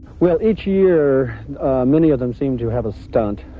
well, each year many of them seemed to have a stunt,